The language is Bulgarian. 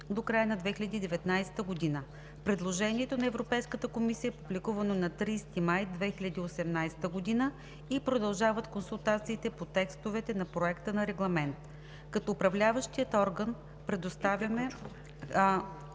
до края на 2019 г. Предложението на Европейската комисия е публикувано на 30 май 2018 г. и продължават консултациите по текстовете на Проекта на регламент. Като Управляващ орган предоставяме